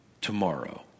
tomorrow